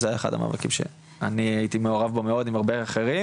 זה היה אחד המאבקים שאני הייתי מעורב בו מאוד עם הרבה אחרים,